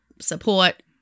support